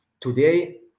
Today